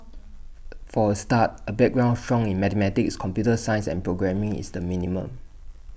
for A start A background strong in mathematics computer science and programming is the minimum